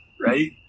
right